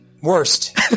Worst